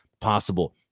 possible